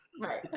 Right